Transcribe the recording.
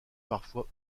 parfois